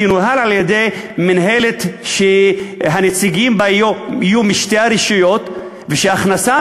שינוהל על-ידי מינהלת שהנציגים בה יהיו משתי הרשויות ושההכנסה